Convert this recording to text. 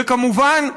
וכמובן,